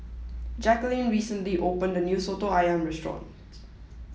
Jacqueline recently opened the new Soto Ayam restaurant